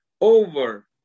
over